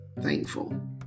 Thankful